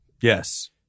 Yes